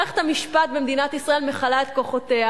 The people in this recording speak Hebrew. מערכת המשפט במדינת ישראל מכלה את כוחותיה